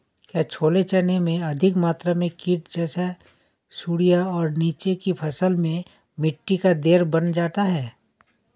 क्या छोले चने में अधिक मात्रा में कीट जैसी सुड़ियां और नीचे की फसल में मिट्टी का ढेर बन जाता है?